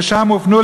שלשם הופנו,